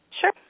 Sure